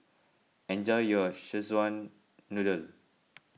enjoy your Szechuan Noodle